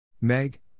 Meg